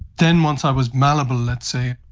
then once i was malleable, let's say,